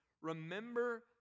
remember